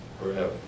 forever